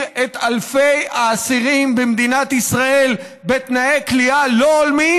את אלפי האסירים במדינת ישראל בתנאי כליאה לא הולמים,